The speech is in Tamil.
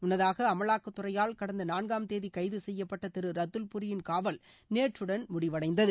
முன்னதாக அமலாக்கத்துறையால் கடந்த நான்காம் தேதி கைது செய்யப்பட்ட திரு ரத்துல்பூரியின் காவல் நேற்றுடன் முடிவடைந்தது